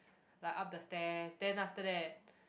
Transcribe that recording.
like up the stairs then after that